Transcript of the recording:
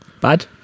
Bad